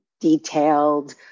detailed